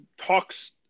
talks